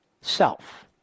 self